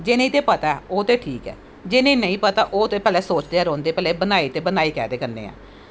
जिनेंगी ते पता ऐ ओह् ते ठीक ऐ जिनेंगी नेंई पता ओह् ते सोचदे गै रौंह्दे बनाए ते बनाई केह्दे नै